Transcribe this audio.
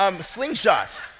slingshot